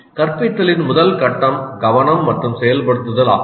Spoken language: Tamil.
கற்பித்தலின் முதல் கட்டம் கவனம் மற்றும் செயல்படுத்தல் ஆகும்